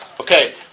Okay